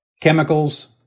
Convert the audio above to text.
Chemicals